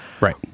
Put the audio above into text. Right